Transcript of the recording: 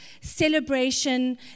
celebration